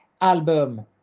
album